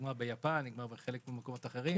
למשל ביפן או במקומות אחרים,